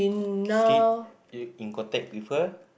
still you're in contact with her